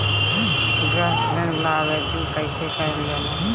गृह ऋण ला आवेदन कईसे करल जाला?